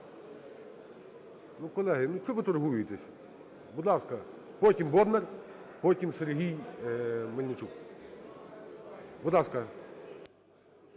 Ну, колеги, ну, чого ви торгуєтеся? Потім Бондар, потім Сергій Мельничук. Будь ласка.